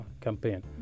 campaign